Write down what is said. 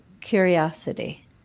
curiosity